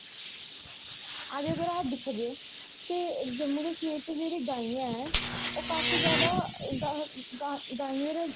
अज्ज अगर अस दिखगे ते जम्मू कश्मीर च जेह्ड़ी गाईं ऐ ओह् काफी जादा गा गाइयें दे